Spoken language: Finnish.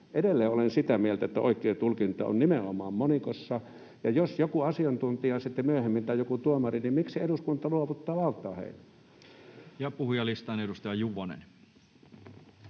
Edelleen olen sitä mieltä, että oikea tulkinta on nimenomaan monikossa. Ja jos joku asiantuntija tai joku tuomari sitten myöhemmin tulkitsee, niin miksi eduskunta luovuttaa valtaa heille? [Speech 80] Speaker: Toinen